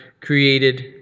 created